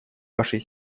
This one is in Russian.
вашей